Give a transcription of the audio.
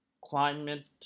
Climate